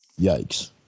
Yikes